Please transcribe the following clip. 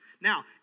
Now